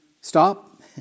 stop